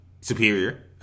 superior